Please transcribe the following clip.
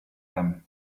them